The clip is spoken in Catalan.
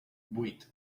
vuit